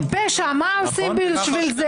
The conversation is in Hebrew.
מה עושים בשביל זה?